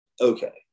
okay